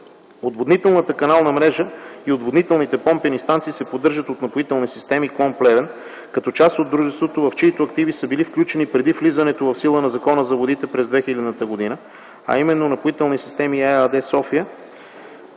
Отводнителната канална мрежа и отводнителните помпени станции се поддържат от „Напоителни системи” ЕАД, клон Плевен като част от дружеството, в чиито активи са били включени преди влизане в сила на Закона за водите през 2000 година, а именно „Напоителни системи” ЕАД, гр. София.